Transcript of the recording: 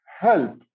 help